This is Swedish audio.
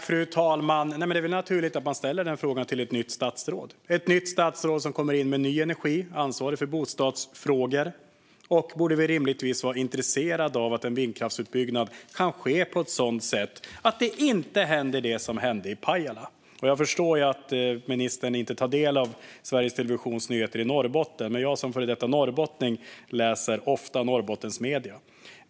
Fru talman! Det är väl naturligt att man ställer den här frågan till ett nytt statsråd som kommer in med ny energi, ansvarar för bostadsfrågor och rimligtvis borde vara intresserad av att en vindkraftsutbyggnad kan ske på ett sådant sätt att det som hände i Pajala inte händer. Jag förstår att ministern inte tar del av Sveriges Televisions nyheter i Norrbotten, men jag som före detta norrbottning läser ofta Norrbottensmedier.